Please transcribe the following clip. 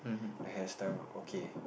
the hairstyle okay